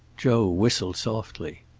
joe whistled softly.